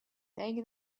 take